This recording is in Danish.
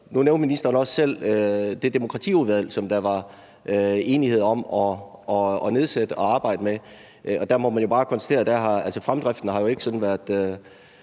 Nu nævnte ministeren også selv det demokratiudvalg, som der var enighed om at nedsætte og arbejde med. Der må man jo bare konstatere, at fremdriften ikke sådan har